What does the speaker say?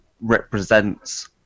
represents